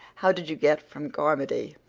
how did you get from carmody?